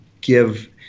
give